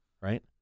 Right